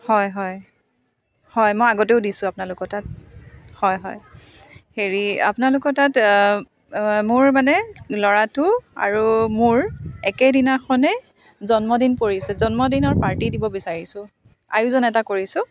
হয় হয় হয় মই আগতেও দিছোঁ আপোনালোকৰ তাত হয় হয় হেৰি আপোনালোকৰ তাত মোৰ মানে ল'ৰাটো আৰু মোৰ একেদিনাখনে জন্মদিন পৰিছে জন্মদিনৰ পাৰ্টি দিব বিচাৰিচোঁ আয়োজন এটা কৰিছোঁ